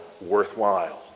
worthwhile